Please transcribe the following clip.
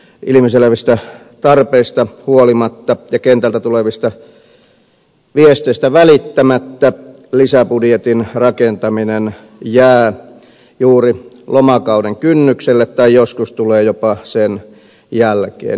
ilmiselvistä tarpeista huolimatta ja kentältä tulevista viesteistä välittämättä lisäbudjetin rakentaminen jää juuri lomakauden kynnykselle tai joskus tulee jopa sen jälkeen